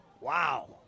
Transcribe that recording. Wow